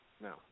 No